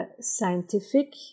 scientific